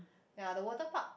ya the water park